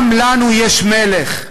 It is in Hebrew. גם לנו יש מלך.